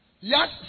Yes